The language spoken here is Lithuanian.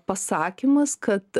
pasakymas kad